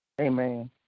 Amen